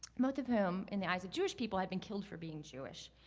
both of whom in the eyes of jewish people had been killed for being jewish.